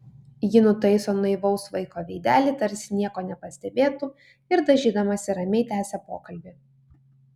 ji nutaiso naivaus vaiko veidelį tarsi nieko nepastebėtų ir dažydamasi ramiai tęsia pokalbį